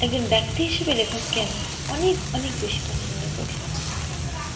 একজন ব্যক্তি হিসেবে লেখককে আমি অনেক অনেক বেশি পছন্দ করি